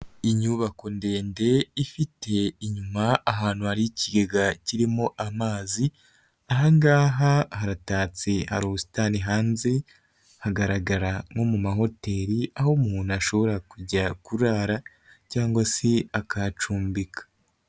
Inyubako ndende ifite inyuma ahantu hari ikigega kirimo amazi, aha ngaha haratatse, hari ubusitani hanze, hagaragara nko mu mahoteri, aho umuntu ashobora kujya kurara cyangwa se akahacumbika.